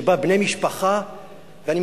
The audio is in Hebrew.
שבה בני משפחה התפלגו זה מזה,